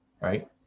right